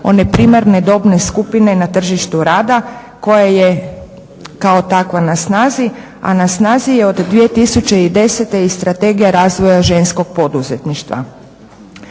one primarne dobne skupine na tržištu rada koja je kao takva na snazi, a na snazi je od 2010. i Strategija razvoja ženskog poduzetništva.